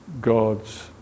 God's